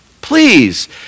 Please